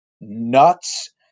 nuts